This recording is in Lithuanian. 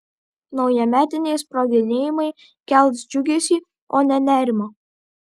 naujametiniai sproginėjimai kels džiugesį o ne nerimą